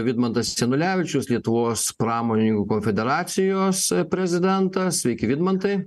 vidmantas janulevičius lietuvos pramoninkų federacijos prezidentas sveiki vidmantai